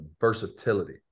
versatility